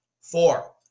Four